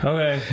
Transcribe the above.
Okay